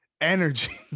energy